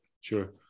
Sure